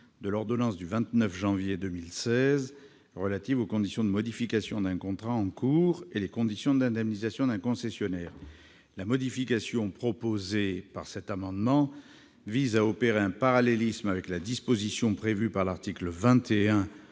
de l'ordonnance du 29 janvier 2016, relatifs aux conditions de modification d'un contrat en cours et aux conditions d'indemnisation d'un concessionnaire. La modification proposée consiste à créer un parallélisme avec la disposition prévue par l'article 21